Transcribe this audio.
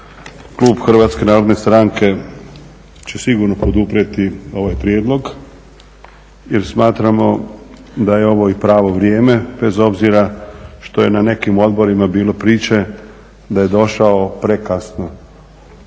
Klub HNS-a će sigurno poduprijeti ovaj prijedlog jer smatramo da je ovo i pravo vrijeme bez obzira što je na nekim odborima bilo priče da je došao prekasno.